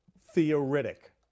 theoretic